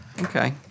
Okay